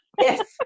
Yes